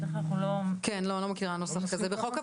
אני אומרת שאני לא מכירה נוסח כזה בחוק,